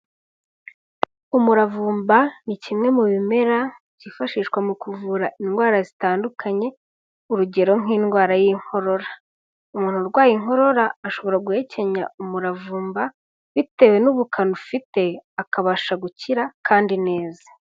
Umuravumba ni kimwe mu bimera kifashishwa mu kuvura indwara zitandukanye urugero nk'indwara y'inkorora, umuntu urwaye inkorora ashobora guhekenya umuravumba bitewe n'ubukana ufite akabasha gukira kandi neza.